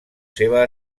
seva